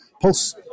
pulse